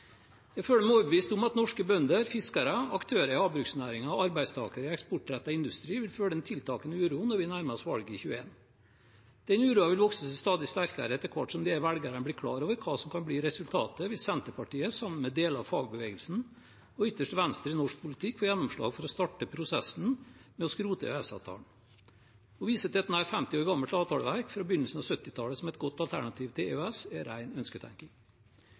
Jeg føler meg overbevist om at norske bønder, fiskere, aktører i havbruksnæringen og arbeidstakere i eksportrettet industri vil føle en tiltakende uro når vi nærmer oss valget i 2021. Den uroen vil vokse seg stadig sterkere etter hvert som disse velgerne blir klar over hva som kan bli resultatet hvis Senterpartiet, sammen med deler av fagbevegelsen og ytterste venstre i norsk politikk, får gjennomslag for å starte prosessen med å skrote EØS-avtalen. Å vise til et nær 50 år gammelt avtaleverk fra begynnelsen av 1970-tallet som et godt alternativ til EØS er